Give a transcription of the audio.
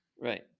Right